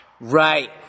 Right